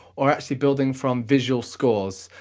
or actually building from visual scores.